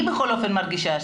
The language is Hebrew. אני בכל אופן מרגישה,